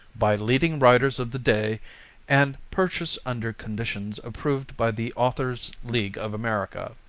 by leading writers of the day and purchased under conditions approved by the authors' league of america